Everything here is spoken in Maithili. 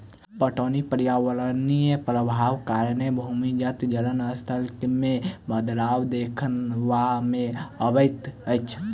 पटौनीक पर्यावरणीय प्रभावक कारणें भूमिगत जलक स्तर मे बदलाव देखबा मे अबैत अछि